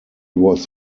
was